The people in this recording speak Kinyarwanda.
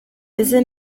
ese